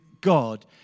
God